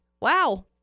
Wow